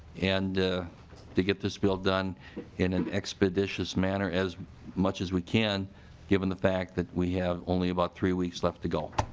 and to get this bill done in an expeditious manner as much as we can given the fact that we have only about three weeks left to go.